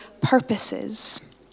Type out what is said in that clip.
purposes